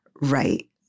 right